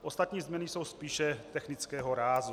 Ostatní změny jsou spíše technického rázu.